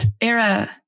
era